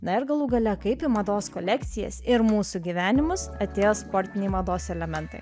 na ir galų gale kaip į mados kolekcijas ir mūsų gyvenimus atėjo sportiniai mados elementai